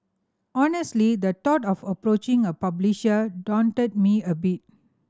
honestly the thought of approaching a publisher daunted me a bit